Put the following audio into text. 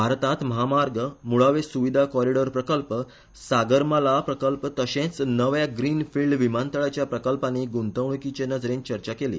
भारतांत म्हामार्ग मुळावे सुविधा कॉरीडॉर प्रकल्प सागर माला प्रकल्प तशेंच नव्या ग्रीन फिल्ड विमानतळाच्या प्रकल्पानी गूंतवणुकीचे नजरेन चर्चा केली